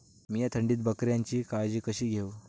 मीया थंडीत बकऱ्यांची काळजी कशी घेव?